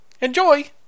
Enjoy